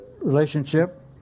relationship